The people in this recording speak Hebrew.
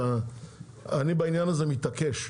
אני בעניין הזה מתעקש,